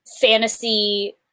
fantasy